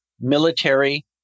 Military